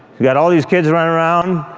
got all these kids running around,